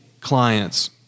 clients